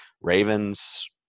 ravens